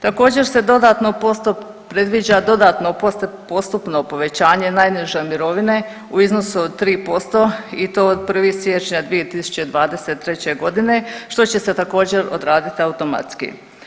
Također se dodatno ... predviđa dodatno postupno povećanje najniže mirovine u iznosu od 3% i to od 1. siječnja 2023. godine što će se također odraditi automatski.